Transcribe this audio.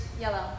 yellow